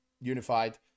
unified